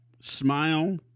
smile